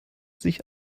sich